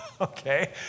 okay